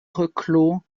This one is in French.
reclos